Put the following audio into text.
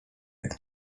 jak